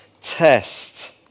test